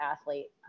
athlete